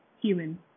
human